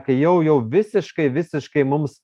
kai jau jau visiškai visiškai mums